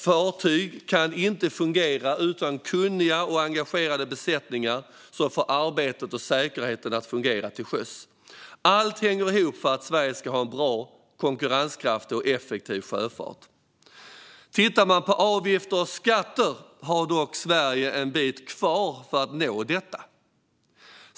Fartyg kan inte fungera utan kunniga och engagerade besättningar som får arbetet och säkerheten att fungera till sjöss. Allt hänger ihop för att Sverige ska ha en bra, konkurrenskraftig och effektiv sjöfart. Tittar man på avgifter och skatter ser man dock att Sverige har en bit kvar för att nå detta.